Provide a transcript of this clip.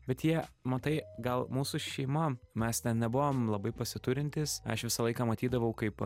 bet jie matai gal mūsų šeima mes ten nebuvom labai pasiturintys aš visą laiką matydavau kaip